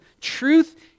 truth